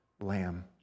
lamb